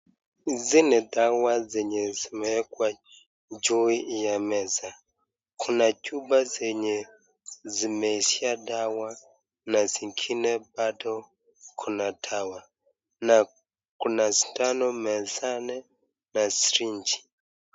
Hizi ni dawa zenye zimewekwa juu ya meza , kuna chupa zenye zimeisha dawa na zingine bado kuna dawa na kuna sidano mezani na sireji.